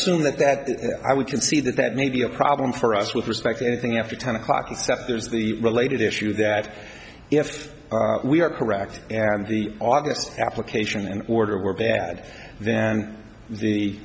assume that that i would concede that that may be a problem for us with respect to anything after ten o'clock is that there's the related issue that if we are correct and the august application and order were bad then the